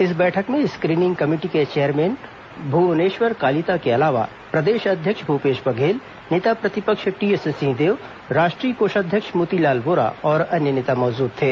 इस बैठक में स्क्रीनिंग कमेटी के चेयरमैन भुवनेश्वर कालिता के अलावा प्रदेश अध्यक्ष भूपेश बघेल नेता प्रतिपक्ष टीएस सिंहदेव राष्ट्रीय कोषाध्यक्ष मोतीलाल वोरा और अन्य नेता मौजूद थे